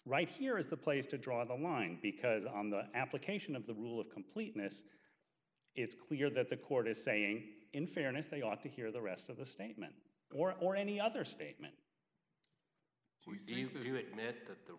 right here is the place to draw the line because on the application of the rule of completeness it's clear that the court is saying in fairness they ought to hear the rest of the statement or or any other statement